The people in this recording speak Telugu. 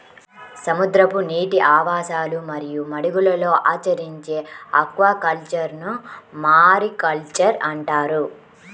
సముద్రపు నీటి ఆవాసాలు మరియు మడుగులలో ఆచరించే ఆక్వాకల్చర్ను మారికల్చర్ అంటారు